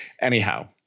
anyhow